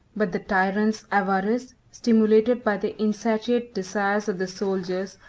but the tyrant's avarice, stimulated by the insatiate desires of the soldiers,